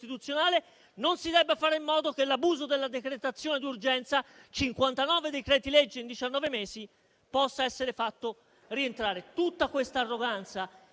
non si debba fare in modo che l'abuso della decretazione d'urgenza (59 decreti-legge in diciannove mesi) possa essere fatto rientrare. Tutta questa arroganza